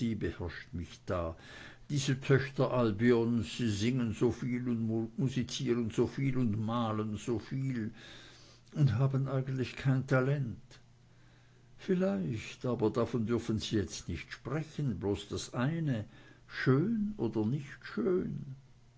beherrscht mich da diese töchter albions sie singen soviel und musizieren soviel und malen soviel und haben eigentlich kein talent vielleicht aber davon dürfen sie jetzt nicht sprechen bloß das eine schön oder nicht schön